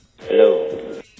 Hello